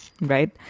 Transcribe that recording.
right